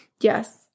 Yes